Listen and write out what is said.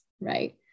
Right